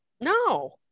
No